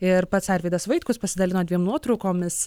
ir pats arvydas vaitkus pasidalino dviem nuotraukomis